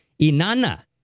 Inanna